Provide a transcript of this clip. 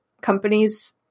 companies